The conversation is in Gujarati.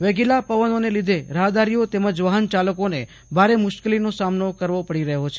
વેગીલા પવનને લીધે રાફદારીઓ તેમજ વાફન ચાલકોને ભારે મુશ્કેલીનો સામનો કરવો પડી રહ્યો છે